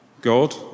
God